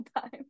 time